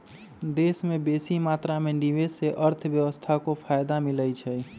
देश में बेशी मात्रा में निवेश से अर्थव्यवस्था को फयदा मिलइ छइ